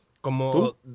Como